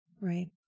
Right